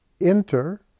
enter